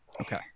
Okay